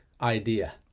idea